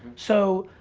so,